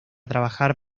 trabajar